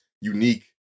unique